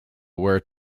where